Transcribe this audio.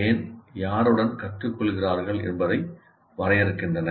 ஏன் யாருடன் கற்றுக்கொள்கிறார்கள் என்பதை வரையறுக்கின்றன